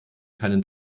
keinen